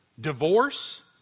divorce